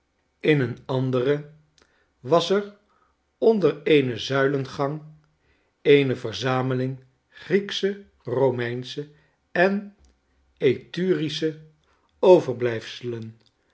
in een andere was er onder een zuilengang eene verzameling grieksche romeinsche en etrurische overblijfselen